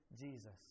Jesus